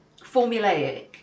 formulaic